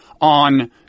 on